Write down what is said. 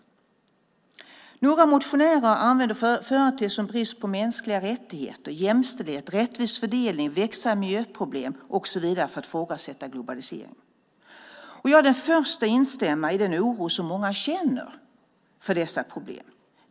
Några motionärer använder företeelser som brist på mänskliga rättigheter, jämställdhet, rättvis fördelning, växande miljöproblem och så vidare för att ifrågasätta globaliseringen. Jag är den första att instämma i den oro som många känner inför dessa problem.